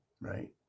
right